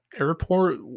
airport